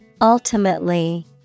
Ultimately